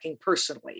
personally